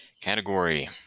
Category